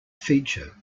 feature